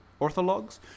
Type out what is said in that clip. orthologs